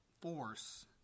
Force